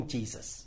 Jesus